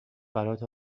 برات